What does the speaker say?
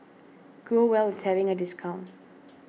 Growell is having a discount